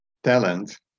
talent